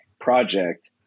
project